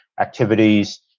activities